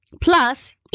Plus